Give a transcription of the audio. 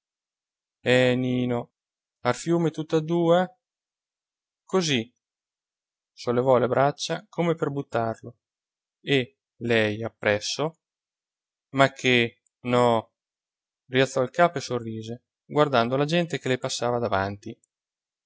eh nino ar fiume tutt'e dua così sollevò le braccia come per buttarlo e lei appresso ma che no rialzò il capo e sorrise guardando la gente che le passava davanti